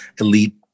elite